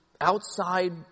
outside